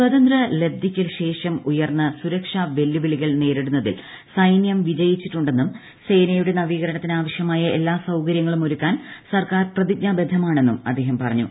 സ്വാതന്ത്ര്യലബ്സിക്ക് ശേഷം ഉയർന്നുവന്ന സുരക്ഷാ വെല്ലുവിളികൾ നേരിടുന്നത്തിൽ സൈനൃം വിജയിച്ചിട്ടുണ്ടെ ന്നും സേനയുടെ നവീകരണത്തിന് ആവശ്യമായ എല്ലാ സൌകര്യ ങ്ങളും ഒരുക്കാൻ സർക്കാർ പ്രതിജ്ഞാബദ്ധമാണെന്നും അദ്ദേഹം പറഞ്ഞു